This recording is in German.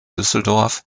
düsseldorf